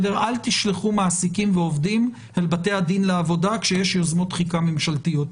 אל תשלחו מעסיקים ועובדים לבתי הדין לעבודה כשיש יוזמות תחיקה ממשלתיות.